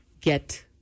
get